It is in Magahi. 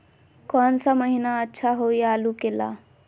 कौन सा महीना अच्छा होइ आलू के ला?